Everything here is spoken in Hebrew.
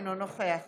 אינו נוכח